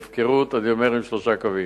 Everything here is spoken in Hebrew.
אני אומר "הפקרות" עם שלושה קווים.